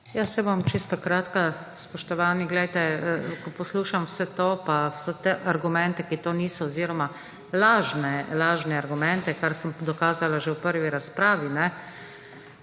Bom čisto kratka. Spoštovani poglejte, ko poslušam vse to, pa vse te argumente, ki to niso oziroma lažne argumente kar sem dokazala že v prvi razpravi,